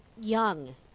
young